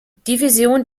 division